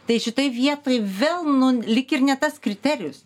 tai šitoj vietoj vėl nu lyg ir ne tas kriterijus